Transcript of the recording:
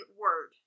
word